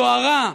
היוהרה,